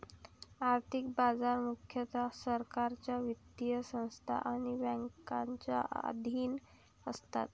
आर्थिक बाजार मुख्यतः सरकारच्या वित्तीय संस्था आणि बँकांच्या अधीन असतात